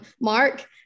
mark